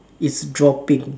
is dropping